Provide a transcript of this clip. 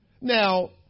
Now